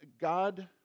God